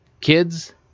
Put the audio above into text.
kids